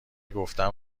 گفتم